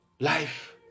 life